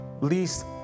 least